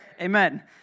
Amen